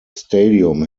stadium